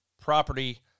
property